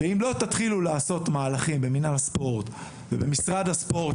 ואם לא תתחילו לעשות מהלכים במינהל הספורט ובמשרד הספורט,